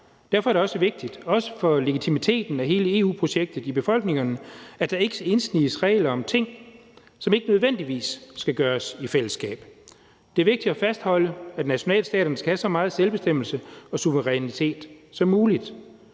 Derfor er det også vigtigt, også for legitimiteten af hele EU-projektet i befolkningerne, at der ikke indsniges regler om ting, som ikke nødvendigvis skal gøres i fællesskab. Det er vigtigt at fastholde, at nationalstaterne skal have så meget selvbestemmelse og suverænitet som muligt.